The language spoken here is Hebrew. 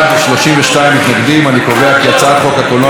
אני קובע כי הצעת חוק הקולנוע (תיקון מס' 5),